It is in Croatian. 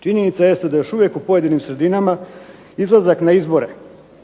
činjenica jeste da još uvijek u pojedinim sredinama izlazak na izbore